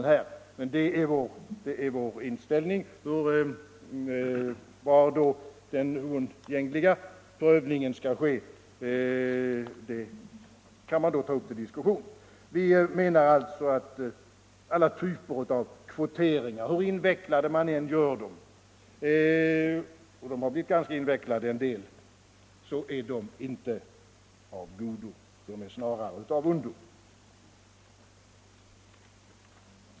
Men detta är vår inställning. Var den oundgängliga prövningen skall ske, får man ta upp till diskussion. Vi anser alltså att inga typer av kvoteringar — hur invecklade man än gör dem, och en del av dem har blivit ganska invecklade — är av godo, utan de är snarare av ondo.